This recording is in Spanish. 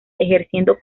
ejerciendo